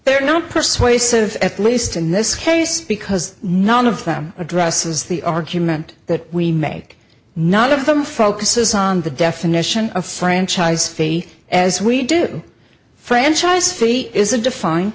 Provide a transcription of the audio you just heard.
they are not persuasive at least in this case because none of them addresses the argument that we make none of them focuses on the definition of franchise faith as we do franchise fee is a defined